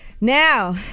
Now